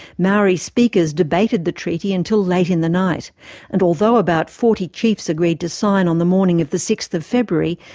maori speakers debated the treaty until late in the night and although about forty chiefs agreed to sign on the morning of the sixth february,